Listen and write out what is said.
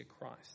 Christ